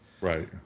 right